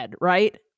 right